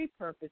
repurpose